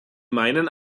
meinen